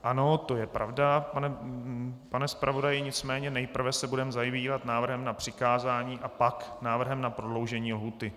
Ano, to je pravda, pane zpravodaji, nicméně nejprve se budeme zabývat návrhem na přikázání a pak návrhem na prodloužení lhůty.